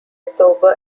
sober